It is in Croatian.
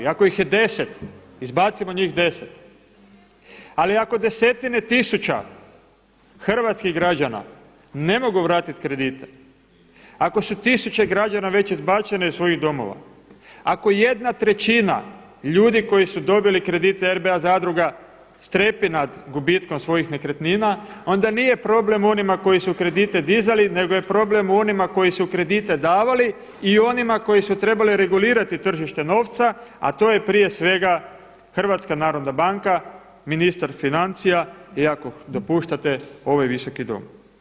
Ako ih je 10, izbacimo njih 10, ali ako desetine tisuća hrvatskih građana ne mogu vratiti kredite, ako su tisuće građana već izbačene iz svojih domova, ako jedna trećina ljudi koji su dobili kredite RBA zadruga strepi nad gubitkom svojih nekretnina, onda nije problem onima koji su kredite dizali, nego je problem u onima koji su kredite davali i onima koji su trebali regulirati tržište novca, a to je prije svega HNB, ministar financija i ako dopuštate ovaj Visoki dom.